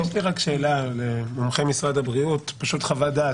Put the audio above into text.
יש לי שאלה למומחי משרד הבריאות, פשוט חוות דעת.